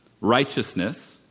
righteousness